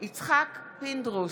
יצחק פינדרוס,